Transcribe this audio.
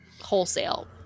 wholesale